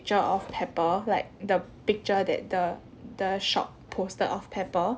of pepper like the picture that the the shop posted of pepper